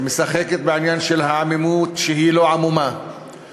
שמשחקת בעניין של העמימות שהיא לא עמומה,